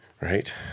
Right